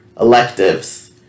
electives